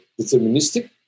deterministic